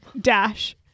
dash